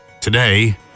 Today